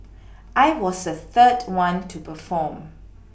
I was the third one to perform